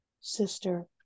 Sister